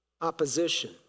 opposition